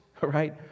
right